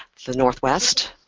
the northwest,